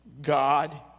God